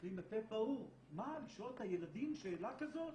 מסתכלים בפה פעור, מה, לשאול את הילדים שאלה כזאת?